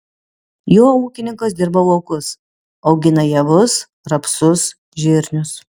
juo ūkininkas dirba laukus augina javus rapsus žirnius